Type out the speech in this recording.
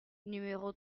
numéro